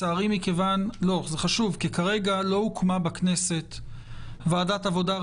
זה חשוב כי כרגע לא הוקמה בכנסת ועדת עבודה,